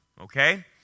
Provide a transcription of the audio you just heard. okay